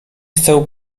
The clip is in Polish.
chcę